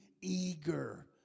eager